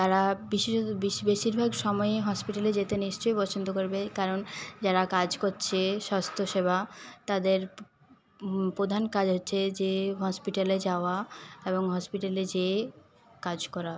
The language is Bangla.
তারা বিশেষত বেশী বেশীরভাগ সময়েই হসপিটালে যেতে নিশ্চই পছন্দ করবে কারণ যারা কাজ করছে স্বাস্থ্যসেবা তাদের প্রধান কাজ হচ্ছে যে হসপিটালে যাওয়া এবং হসপিটালে যেয়ে কাজ করা